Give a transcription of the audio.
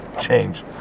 change